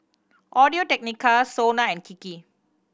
Audio Technica SONA and Kiki